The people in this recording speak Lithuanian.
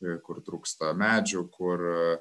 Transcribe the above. kur trūksta medžių kur